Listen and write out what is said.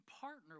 partner